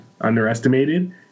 underestimated